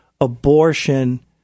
abortion